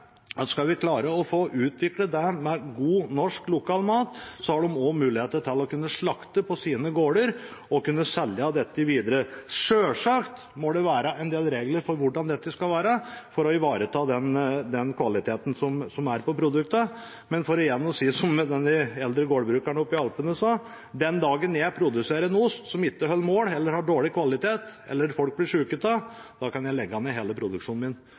at skal vi klare å utvikle god norsk, lokal mat, må de ha mulighet til å kunne slakte på sine gårder og kunne selge dette videre. Selvsagt må det være en del regler for hvordan dette skal være for å ivareta kvaliteten på produktet. Men for å si som denne eldre gårdbrukeren i Alpene sa: Den dagen jeg produserer en ost som ikke holder mål, har dårlig kvalitet, eller folk blir sjuke av, da kan jeg legge ned hele produksjonen min.